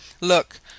Look!—